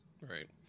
Right